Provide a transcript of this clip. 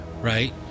right